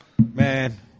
Man